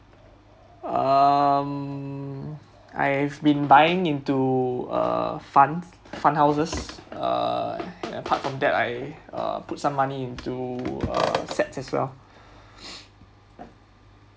uh I've been buying into uh fund fund houses err apart from that I uh put some money into uh sets as well